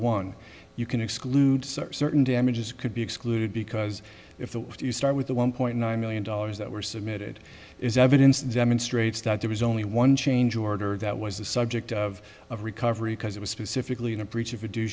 one you can exclude certain damages could be excluded because if you start with the one point nine million dollars that were submitted is evidence demonstrates that there was only one change order that was the subject of a recovery because it was specifically in a breach